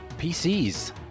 PCs